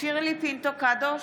שירלי פינטו קדוש,